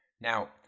Now